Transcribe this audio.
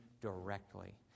directly